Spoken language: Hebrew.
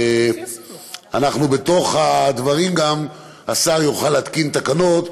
ובתוך הדברים, השר יוכל להתקין תקנות: